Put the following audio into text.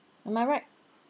am I right